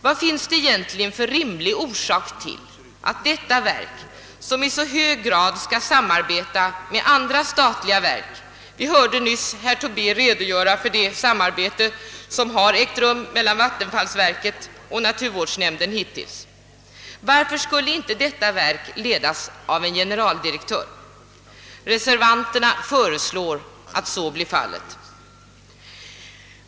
Vad finns det egentligen för rimlig orsak till att detta verk, som i så hög grad skall samarbeta med andra statliga verk — vi hörde nyss herr Tobé redogöra för det samarbete som hittills har ägt rum mellan vattenfallsverket och naturvårdsnämnden — inte skall ledas av en generaldirektör? Reservanterna föreslår att så blir fallet.